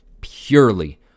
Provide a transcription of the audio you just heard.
purely